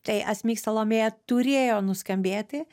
tai asmik salomėja turėjo nuskambėti